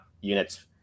units